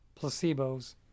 placebos